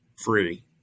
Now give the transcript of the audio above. free